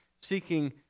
seeking